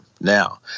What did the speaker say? Now